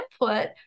input